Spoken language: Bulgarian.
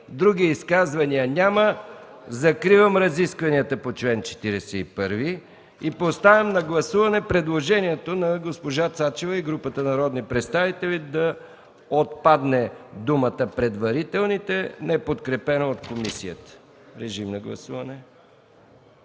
Други изказвания няма. Закривам разискванията по чл. 41. Поставям на гласуване предложението на госпожа Цецка Цачева и група народни представители да отпадне думата „предварителните”, неподкрепено от комисията. Гласували